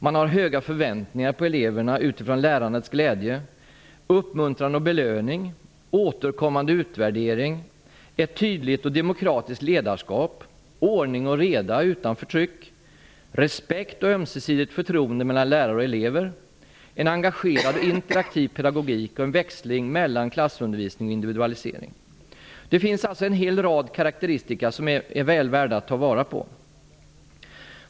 Man har höga förväntningar på eleverna utifrån lärandets glädje, uppmuntran och belöning, återkommande utvärdering, ett tydligt och demokratiskt ledarskap, ordning och reda utan förtryck, respekt och ömsesidigt förtroende mellan lärare och elever, en engagerad och interaktiv pedagogik och en växling mellan klassundervisning och individualisering. Det finns alltså en hel rad karakteristika som är väl värda att ta vara på.